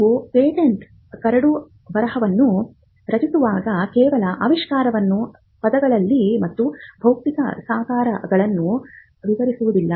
ನೀವು ಪೇಟೆಂಟ್ ಕರಡುಬರಹವನ್ನು ರಚಿಸುವಾಗ ಕೇವಲ ಆವಿಷ್ಕಾರವನ್ನು ಪದಗಳಲ್ಲಿ ಮತ್ತು ಭೌತಿಕ ಸಾಕಾರಗಳನ್ನು ವಿವರಿಸುವುದಿಲ್ಲ